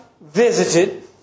visited